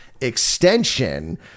Extension